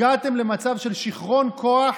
הגעתם למצב של שיכרון כוח,